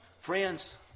Friends